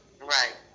Right